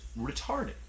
retarded